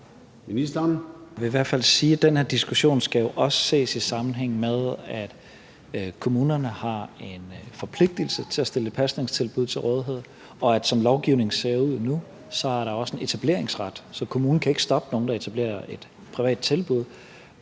Tesfaye): Jeg kan hvert fald sige, at den her diskussion jo også skal ses i sammenhæng med, at kommunerne har en forpligtigelse til at stille et pasningstilbud til rådighed, og at som lovgivningen ser ud nu, er der også en etableringsret, så kommunen kan ikke stoppe nogen, der etablerer et privat tilbud.